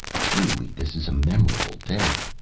truly this is a memorable day.